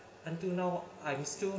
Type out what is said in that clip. until now I'm still